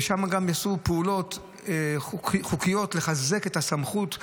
ושם גם יעשו פעילויות חוקיות לחזק את הסמכות.